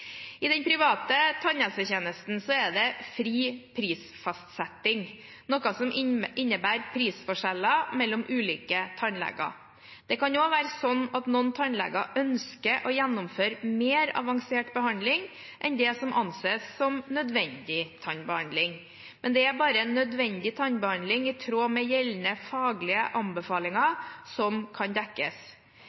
private tannhelsetjenesten er det fri prisfastsetting, noe som innebærer prisforskjeller mellom ulike tannleger. Det kan også være slik at noen tannleger ønsker å gjennomføre mer avansert behandling enn det som anses som nødvendig tannbehandling, men det er bare nødvendig tannbehandling i tråd med gjeldende faglige anbefalinger som kan dekkes.